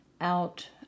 out